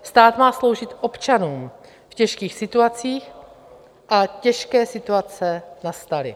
Stát má sloužit občanům v těžkých situacích a těžké situace nastaly.